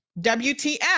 WTF